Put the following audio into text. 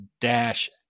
dash